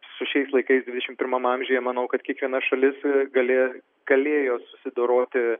su šiais laikais dvidešim pirmam amžiuje manau kad kiekviena šalis galėjo galėjo susidoroti